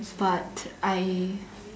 but I